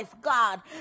God